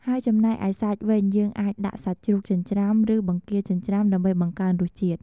ហើយចំណែកឯសាច់វិញ យើងអាចដាក់ សាច់ជ្រូកចិញ្ច្រាំ ឬ បង្គាចិញ្ច្រាំ ដើម្បីបង្កើនរសជាតិ។